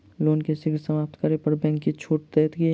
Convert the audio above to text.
loan केँ शीघ्र समाप्त करै पर बैंक किछ छुट देत की